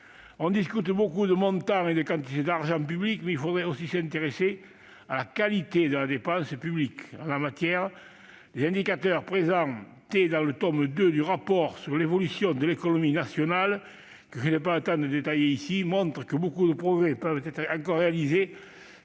On discute beaucoup de montants et de quantités d'argent public, mais il faudrait aussi s'intéresser à la qualité de la dépense publique. En la matière, les indicateurs présentés dans le tome 2 du rapport sur l'évolution de l'économie nationale et sur les orientations des finances publiques, que je n'ai pas le temps de détailler ici, montrent que beaucoup de progrès peuvent encore être réalisés,